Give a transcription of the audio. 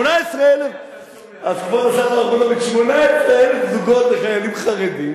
אז 18,000 זוגות לחיילים חרדים,